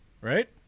right